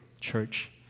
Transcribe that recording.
church